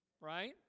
Right